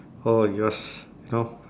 orh yours you know